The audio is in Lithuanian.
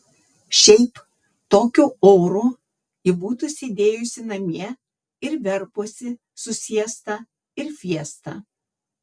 šiaip tokiu oru ji būtų sėdėjusi namie ir verpusi su siesta ir fiesta